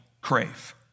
crave